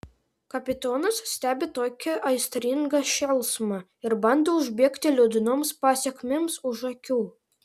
kapitonas stebi tokį aistringą šėlsmą ir bando užbėgti liūdnoms pasekmėms už akių